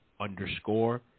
underscore